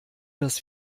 das